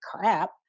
crap